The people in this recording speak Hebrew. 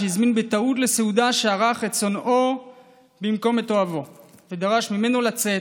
שהזמין בטעות לסעודה שערך את שונאו במקום את אוהבו ודרש ממנו לצאת.